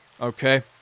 Okay